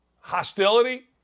Hostility